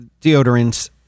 deodorants